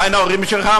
מאין ההורים שלך?